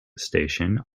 station